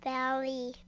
Valley